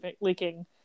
leaking